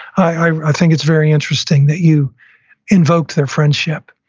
i think it's very interesting that you invoked their friendship.